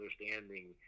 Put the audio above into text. understanding